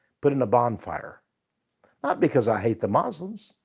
put in a bonfire, not because i hate the muslims.